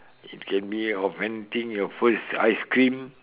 it can be of anything your first ice cream